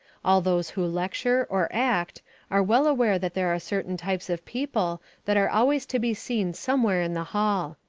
all those who lecture or act are well aware that there are certain types of people that are always to be seen somewhere in the hall.